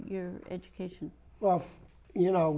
your education well you know